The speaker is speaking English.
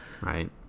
Right